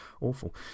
awful